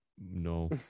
no